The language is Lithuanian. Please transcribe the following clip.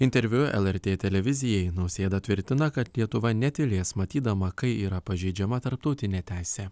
interviu lrt televizijai nausėda tvirtina kad lietuva netylės matydama kai yra pažeidžiama tarptautinė teisė